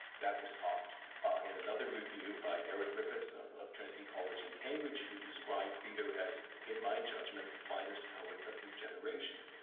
that was topped by and another review by eric griffiths of of trinity college in cambridge, who described peter as, in my judgment, the finest poet of his generation.